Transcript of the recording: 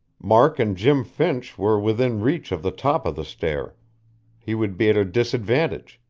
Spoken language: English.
mark and jim finch were within reach of the top of the stair he would be at a disadvantage,